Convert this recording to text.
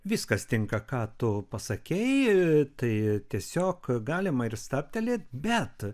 viskas tinka ką tu pasakei tai tiesiog galima ir stabtelėt bet